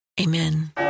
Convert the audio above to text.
Amen